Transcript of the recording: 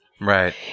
Right